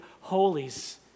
holies